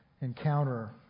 encounter